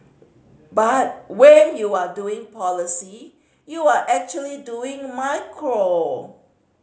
but when you are doing policy you're actually doing macro